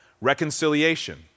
reconciliation